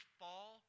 fall